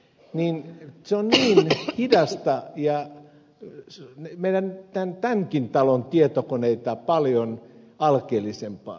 se on niin hidasta ja meidän tämänkin talon tietokoneita paljon alkeellisempaa